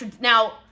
now